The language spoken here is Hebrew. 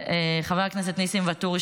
חבר הכנסת ניסים ואטורי,